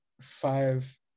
five